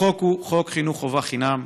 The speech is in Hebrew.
החוק הוא חוק חינוך חובה חינם,